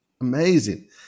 Amazing